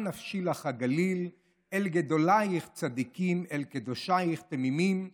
נפשי לך הגליל / אל גדולייך צדיקים / אל קדושייך תמימים /